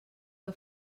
que